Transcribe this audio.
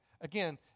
Again